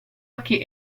occhi